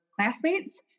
classmates